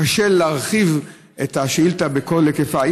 קשה להרחיב את השאילתה בכל היקפה.